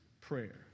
prayer